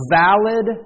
valid